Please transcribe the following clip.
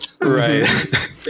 Right